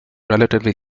relatively